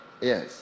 Yes